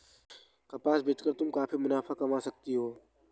कपास बेच कर तुम काफी मुनाफा कमा सकती हो